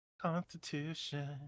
Constitution